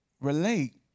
relate